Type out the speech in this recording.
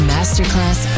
Masterclass